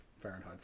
Fahrenheit